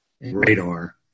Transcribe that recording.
radar